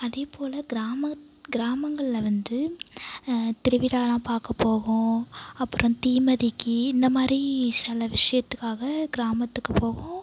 அதேபோல் கிராம கிராமங்களில் வந்து திருவிழாலாம் பார்க்கப் போவோம் அப்புறம் தீ மிதிக்க இந்தமாதிரி சில விசயத்துக்காக கிராமத்துக்குப் போவோம்